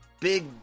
big